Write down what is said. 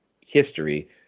history